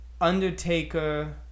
Undertaker